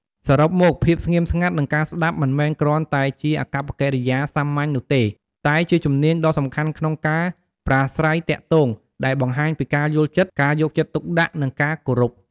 សរុបមក ភាពស្ងៀមស្ងាត់ និងការស្តាប់មិនមែនគ្រាន់តែជាអាកប្បកិរិយាសាមញ្ញនោះទេ តែជាជំនាញដ៏សំខាន់ក្នុងការប្រាស្រ័យទាក់ទង ដែលបង្ហាញពី ការយល់ចិត្ត ការយកចិត្តទុកដាក់ និងការគោរព។